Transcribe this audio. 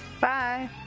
Bye